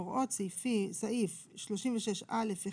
הוראות סעיף 36(א)(1),